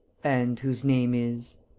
and whose name is?